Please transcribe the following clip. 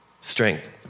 strength